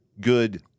good